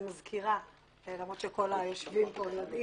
אני מזכירה למרות שכל היושבים פה יודעים,